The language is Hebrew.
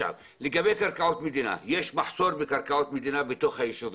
לגבי קרקעות מדינה יש מחסור בקרקעות מדינה בתוך היישובים,